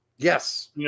Yes